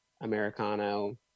Americano